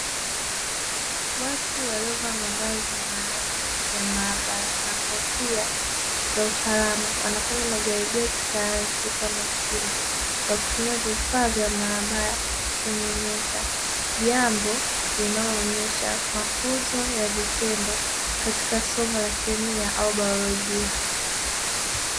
Watu waliovaa mavazi maalumu ya maabara na kofia salama wanafanya majaribio ya kisayansi kwa makini Kwa kutumia vifaa vya maabara kwenye meza. Jambo linaloonesha mafunzo ya vitendo katika somo la kemia au baolojia.